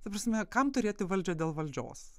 ta prasme kam turėti valdžią dėl valdžios